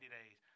days